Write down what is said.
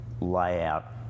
layout